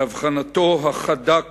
בהבחנתו החדה כתער,